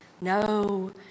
No